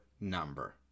number